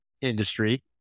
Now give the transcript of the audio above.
industry